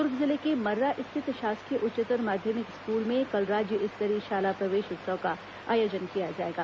दुर्ग जिले के मर्रा स्थित शासकीय उच्चतर माध्यमिक स्कूल में कल राज्य स्तरीय शाला प्रवेश उत्सव का आयोजन किया जाएगा